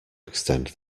extend